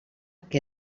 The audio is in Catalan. que